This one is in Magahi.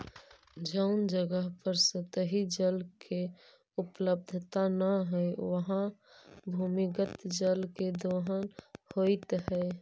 जउन जगह पर सतही जल के उपलब्धता न हई, उहाँ भूमिगत जल के दोहन होइत हई